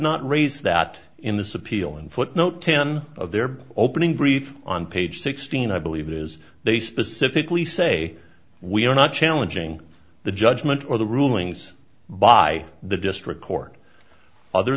not raised that in this appeal in footnote ten of their opening brief on page sixteen i believe it is they specifically say we are not challenging the judgment or the rulings by the district court other